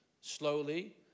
slowly